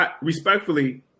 respectfully